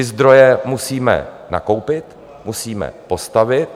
Ty zdroje musíme nakoupit, musíme postavit.